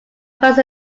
first